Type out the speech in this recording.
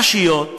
רשויות.